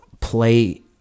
play